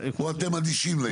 או אתם אדישים לעניין?